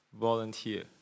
volunteer